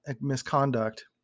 misconduct